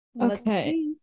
okay